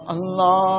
Allah